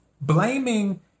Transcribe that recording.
blaming